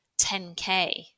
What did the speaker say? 10K